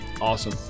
awesome